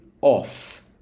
off